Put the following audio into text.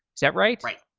is that right? right.